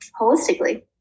holistically